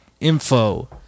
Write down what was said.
info